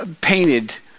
painted